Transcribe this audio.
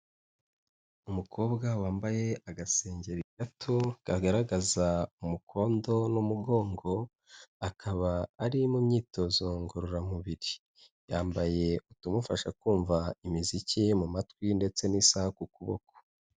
Umukobwa wambaye agasengeri gato kagaragaza umukondo n'umugongo akaba ari mu myitozo ngororamubiri, yambaye utumufasha kumva imiziki mu matwi ndetse n'isaha ku kuboko.